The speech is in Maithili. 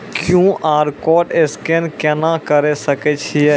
क्यू.आर कोड स्कैन केना करै सकय छियै?